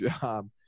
job